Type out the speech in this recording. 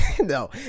No